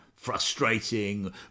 Frustrating